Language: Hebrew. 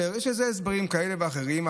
יש לזה הסברים כאלה ואחרים,